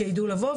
שידעו לבוא,